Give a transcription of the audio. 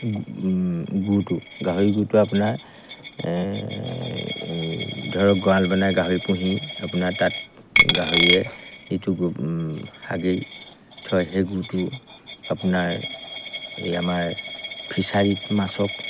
গুটো গাহৰি গুটো আপোনাৰ এই ধৰক গঁৰাল বনাই গাহৰি পুহি আপোনাৰ তাত গাহৰিয়ে যিটো গু হাগি থয় সেই গুটো আপোনাৰ এই আমাৰ ফিছাৰীত মাছক